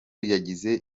yagize